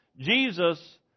Jesus